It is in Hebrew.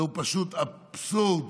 זה פשוט אבסורד